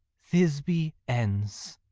thisby ends